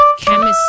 Chemistry